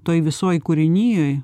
toj visoj kūrinijoj